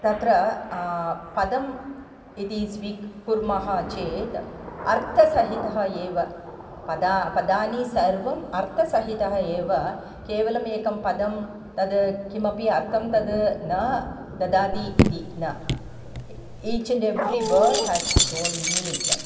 तत्र पदम् इति स्वीकुर्मः चेत् अर्थसहितम् एव पदा पदानि सर्वम् अर्थसहितम् एव केवलम् एकं पदम् तद् किमपि अर्थं तद् न ददाति इति न each and every word has its own meaning